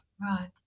right